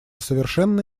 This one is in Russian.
совершенно